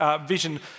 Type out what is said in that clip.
vision